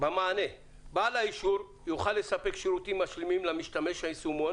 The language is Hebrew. "בעל האישור יוכל לספק שירותים משלימים למשתמש היישומון